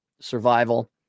survival